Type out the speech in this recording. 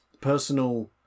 personal